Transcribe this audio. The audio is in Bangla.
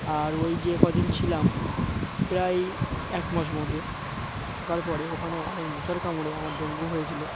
আর ওই যে কদিন ছিলাম প্রায় এক মাস মতো থাকার পরে ওখানে অনেক মশার কামড়ে আমার ডেঙ্গু হয়েছিলো